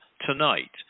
tonight